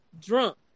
drunk